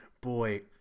boy